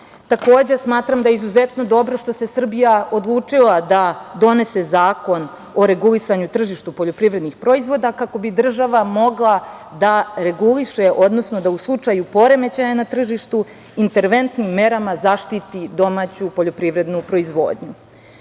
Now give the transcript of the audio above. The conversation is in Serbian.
Takođe, smatram da je izuzetno dobro što se Srbija odlučila da donese Zakon o regulisanju tržišta poljoprivrednih proizvoda, kako bi država mogla da reguliše, odnosno da u slučaju poremećaja na tržištu interventnim merama zaštiti domaću poljoprivrednu proizvodnju. Ovaj